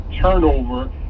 turnover